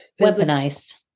weaponized